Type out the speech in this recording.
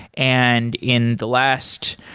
and in the last,